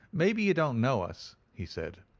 maybe you don't know us, he said.